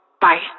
Bye